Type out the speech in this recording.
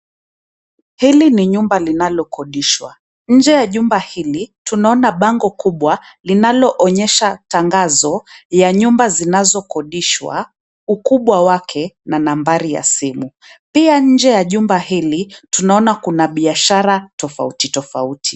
Hili ni nyumba linalo kodishwa, nje ya jumba hili, tunaona bango kubwa linalo onyesha tangazo ya nyumba zinazo kodishwa ukubwa wake na nambari ya simu, pia nje ya jumba hili tunaona kuna biashara tofauti tofauti.